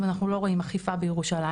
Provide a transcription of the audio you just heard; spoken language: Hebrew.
ואנחנו לא רואים אכיפה בירושלים.